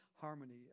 harmony